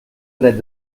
dret